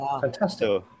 fantastic